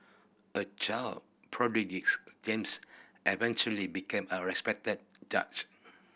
a child prodigies James eventually became a respected judge